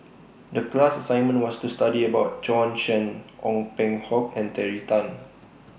The class assignment was to study about Bjorn Shen Ong Peng Hock and Terry Tan